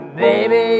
baby